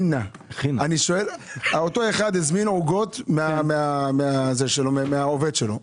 אותו אחד הזמין עוגות מהעובד שלו,